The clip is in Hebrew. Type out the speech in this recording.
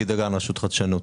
מרשות החדשנות.